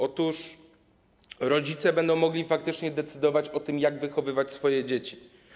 Otóż rodzice będą mogli faktycznie decydować o tym, jak wychowywać swoje dzieci.